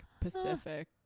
Pacific